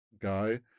guy